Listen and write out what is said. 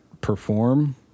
perform